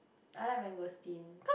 I like mangosteen